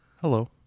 Hello